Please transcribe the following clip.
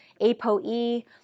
APOE